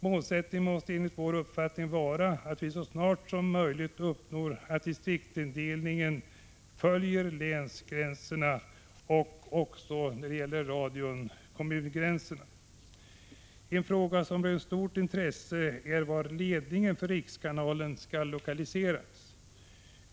Målsättningen måste enligt vår uppfattning vara att man så snart som möjligt uppnår att distriktsindelningen för TV och radio följer länsgränserna och kommungränserna. En fråga som rönt stort intresse är var ledningen för rikskanalen skall lokaliseras.